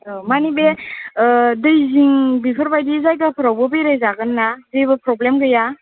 औ मानि बे दैजिं बेफोर बायदि जायगाफ्रावबो बेराय जागोन ना जेबो प्रब्लेम गैया